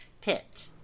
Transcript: pit